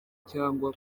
cyangwa